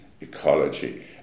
ecology